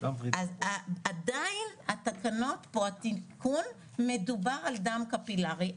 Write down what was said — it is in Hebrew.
עדיין התקנות פה, התיקון, מדובר על דם קפילרי.